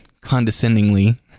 condescendingly